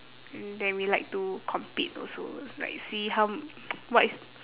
and then we like to compete also like see how what is